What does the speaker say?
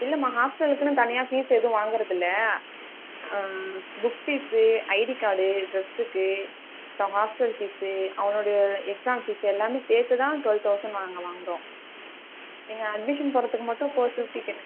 இல்லைம்மா ஹாஸ்டலுக்குன்னு தனியாக ஃபீஸ் எதுவும் வாங்கறது இல்லை புக் ஃபீஸு ஐடி கார்டு டிரெஸ்ஸுக்கு அப்புறம் ஹாஸ்டல் ஃபீஸு அவனுடைய எக்ஸாம் ஃபீஸு எல்லாமே சேர்த்து தான் டுவெல் தௌசண்ட் நாங்கள் வாங்குகிறோம் நீங்கள் அட்மிஷன் போடுறதுக்கு மட்டும் ஃபோர் ஃபிஃப்டி கட்டு